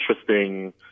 interesting